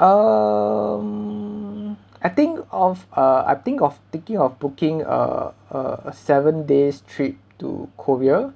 um I think of uh I think of thinking of booking a a a seven days trip to korea